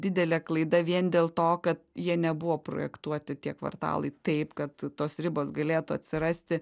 didelė klaida vien dėl to kad jie nebuvo projektuoti tie kvartalai taip kad tos ribos galėtų atsirasti